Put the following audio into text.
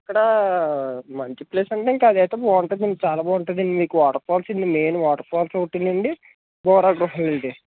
ఇక్కడ మంచి ప్లేస్ అంటే ఇంకా అది అయితే బాగుంటదండి చాలా బాగుంటుందండి మీకు వాటర్ఫాల్స్ అండీ మెయిను వాటర్ఫాల్స్ ఒకటీ అండి బొర్రా గుహలండి